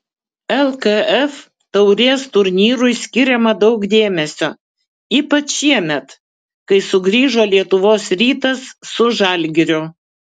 lkf taurės turnyrui skiriama daug dėmesio ypač šiemet kai sugrįžo lietuvos rytas su žalgiriu